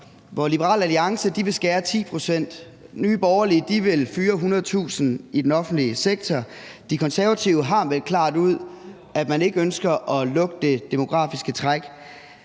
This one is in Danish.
hvor Liberal Alliance vil skære 10 pct., Nye Borgerlige vil fyre hundredtusinder i den offentlige sektor, og De Konservative klart har meldt ud, at de ikke ønsker at lukke det demografiske træk,